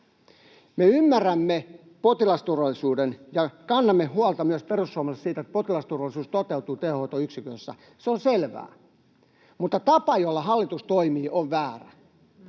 Me ymmärrämme potilasturvallisuuden, ja myös me perussuomalaiset kannamme huolta siitä, että potilasturvallisuus toteutuu tehohoitoyksiköissä — se on selvää — mutta tapa, jolla hallitus toimii, on väärä.